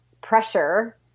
pressure